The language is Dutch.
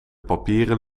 papieren